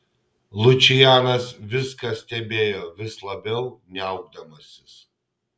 lučianas viską stebėjo vis labiau niaukdamasis